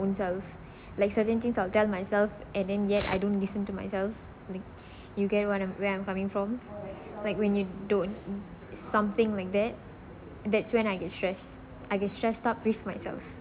own self like certain things I'll tell myself and then yet I don't listen to myself like you get what I'm where I'm coming from like when you don't something like that that's when I get stressed I get stressed up with myself